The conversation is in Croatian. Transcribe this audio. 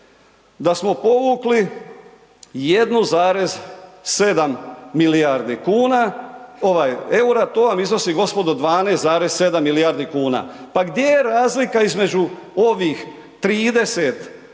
da smo povukli 1,7 milijardi kuna, ovaj eura, to vam iznosi, gospodo 12,7 milijardi kuna. Pa gdje je razlika između ovih 34 koje